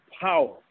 power